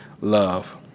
love